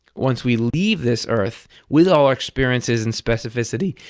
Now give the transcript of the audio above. once we leave this earth, with our experiences and specificity,